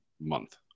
month